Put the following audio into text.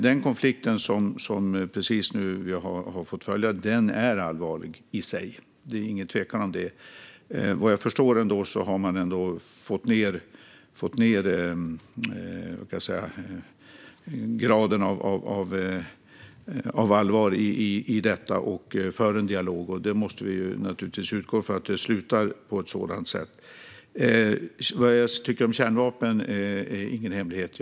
Den konflikt som vi nu har fått följa är allvarlig i sig. Det är ingen tvekan om det. Vad jag förstår har man ändå fått ned graden av allvar i detta, och man för en dialog. Vi måste naturligtvis utgå från att det slutar på ett sådant sätt. Vad jag tycker om kärnvapen är ingen hemlighet.